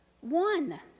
one